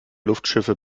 luftschiffe